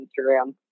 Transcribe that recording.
Instagram